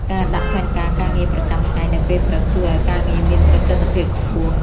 ការដាក់ផែនការការងារប្រចាំថ្ងៃនៅពេលព្រឹក ជួយឱ្យការងារមានប្រសិទ្ធភាពខ្ពស់។